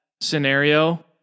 scenario